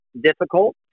difficult